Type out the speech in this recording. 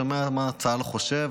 שומע מה צה"ל חושב.